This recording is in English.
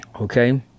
Okay